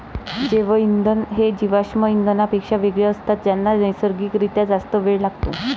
जैवइंधन हे जीवाश्म इंधनांपेक्षा वेगळे असतात ज्यांना नैसर्गिक रित्या जास्त वेळ लागतो